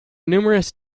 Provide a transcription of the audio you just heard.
numerous